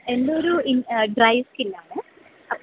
എൻ്റെ ഒരു dry skin ആണ്